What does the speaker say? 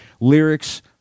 Lyrics